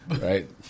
right